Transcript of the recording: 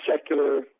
secular